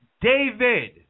David